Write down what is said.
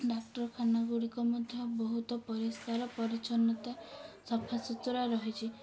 ଡାକ୍ତରଖାନା ଗୁଡ଼ିକ ମଧ୍ୟ ବହୁତ ପରିଷ୍କାର ପରିଚ୍ଛନ୍ନତା ସଫାସୁତୁରା ରହିଛି